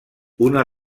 una